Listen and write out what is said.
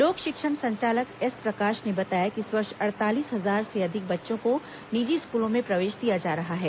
लोक शिक्षण संचालक एस प्रकाश ने बताया कि इस वर्ष अड़तालीस हजार से अधिक बच्चों को निजी स्कूलों में प्रवेश दिया जा रहा है